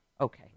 Okay